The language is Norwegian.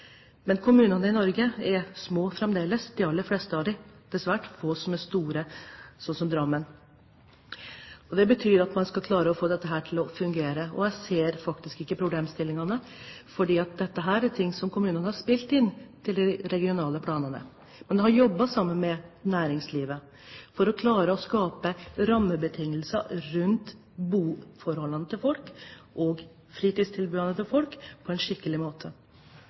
Men de aller fleste kommunene i Norge er fremdeles små. Det er svært få som er store, sånn som Drammen, og man skal klare å få alt dette til å fungere. Jeg ser faktisk ikke problemene. Dette er ting som kommunene har spilt inn til de regionale planene. Man har jobbet sammen med næringslivet for å skape rammebetingelser rundt boforholdene og fritidstilbudene til folk på en skikkelig måte.